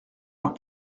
leurs